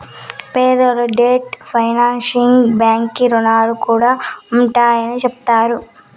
పెద్దలు debt financing బాంకీ రుణాలు కూడా ఉండాయని చెప్తండారు